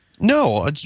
No